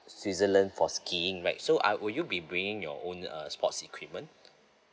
switzerland for skiing right so uh will you be bringing your own uh sports equipment